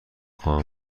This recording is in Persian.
خواهم